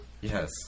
Yes